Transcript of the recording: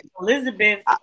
Elizabeth